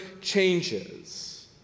changes